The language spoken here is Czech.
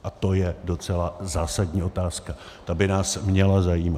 A to je docela zásadní otázka, ta by nás měla zajímat.